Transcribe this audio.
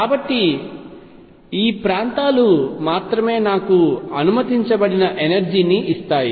కాబట్టి ఈ ప్రాంతాలు మాత్రమే నాకు అనుమతించబడిన ఎనర్జీ ని ఇస్తాయి